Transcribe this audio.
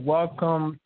Welcome